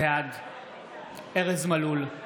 בעד ארז מלול,